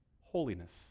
Holiness